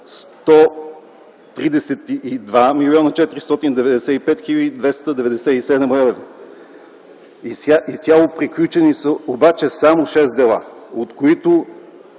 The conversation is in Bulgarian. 132 млн. 495 хил. 297,52 лв. Изцяло приключени са обаче само 6 дела, от които